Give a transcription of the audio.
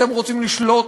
אתם רוצים לשלוט,